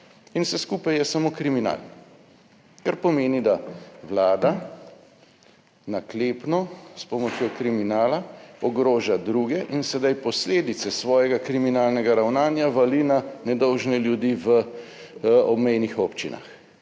In vse skupaj je samo kriminal. Kar pomeni, da Vlada naklepno, s pomočjo kriminala, ogroža druge in sedaj posledice svojega kriminalnega ravnanja vali na nedolžne ljudi 72.